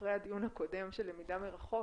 אחרי הדיון הקודם של למידה מרחוק,